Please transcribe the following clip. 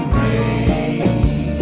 rain